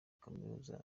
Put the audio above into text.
kaminuza